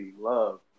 love